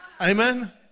Amen